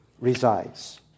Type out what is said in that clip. resides